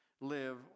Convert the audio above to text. live